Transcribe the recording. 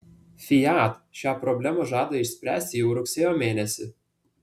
fiat šią problemą žada išspręsti jau rugsėjo mėnesį